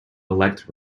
elect